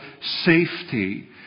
safety